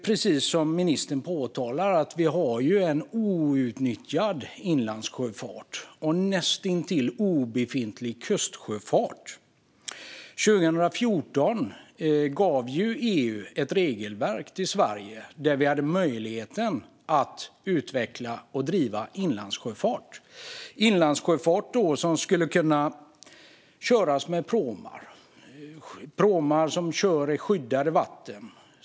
Precis som ministern påpekar finns en outnyttjad inlandssjöfart och en näst intill obefintlig kustsjöfart. År 2014 införde EU ett regelverk där Sverige har möjlighet att utveckla och driva inlandssjöfart. Inlandssjöfart kan utföras med pråmar som kör i skyddade vatten.